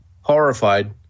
horrified